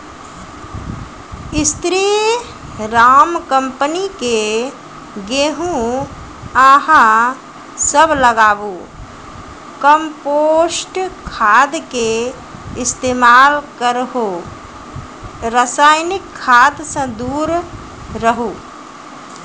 स्री Ram company के गेहूँ अहाँ सब लगाबु कम्पोस्ट खाद के इस्तेमाल करहो रासायनिक खाद से दूर रहूँ?